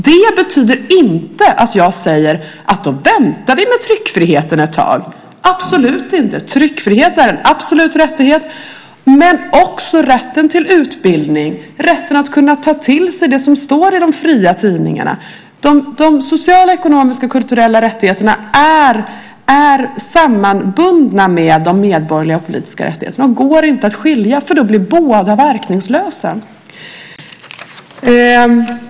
Men det betyder inte att jag säger att då väntar vi med tryckfriheten ett tag - absolut inte! Tryckfrihet är en absolut rättighet, men också rätten till utbildning och rätten att kunna ta till sig det som står i de fria tidningarna. De sociala, ekonomiska och kulturella rättigheterna är sammanbundna med de medborgerliga och politiska rättigheterna och går inte att skilja, för då blir båda verkningslösa.